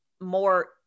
more